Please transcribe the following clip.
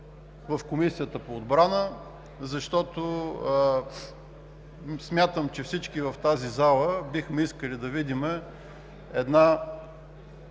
в Комисията по отбрана, защото смятам, че всички в тази зала бихме искали да видим една